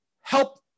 help